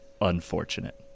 unfortunate